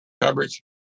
coverage